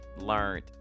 learned